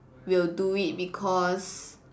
will do it because